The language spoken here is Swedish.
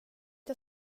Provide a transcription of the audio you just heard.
jag